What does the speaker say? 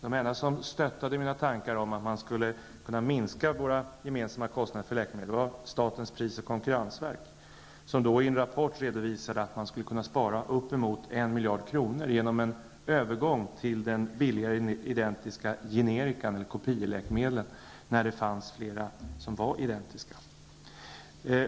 De enda som stöttade mig när jag sade att man skulle kunna minska våra gemensamma kostnader för läkemedel var statens pris och konkurrensverk, som då i en rapport redovisade att man skulle kunna spara uppemot 1 miljard kronor per år genom en övergång till den billigare identiska generikan -- kopieläkemedlet -- när det fanns flera som var identiska.